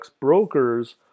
brokers